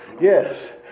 Yes